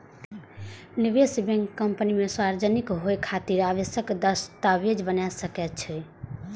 निवेश bank company के सार्वजनिक होइ खातिर आवश्यक दस्तावेज बना सकै छै